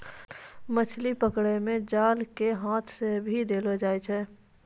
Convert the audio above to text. मछली पकड़ै मे जाल के हाथ से भी देलो जाय छै